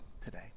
today